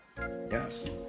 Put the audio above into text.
Yes